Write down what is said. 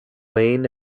wain